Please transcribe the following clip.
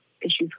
issues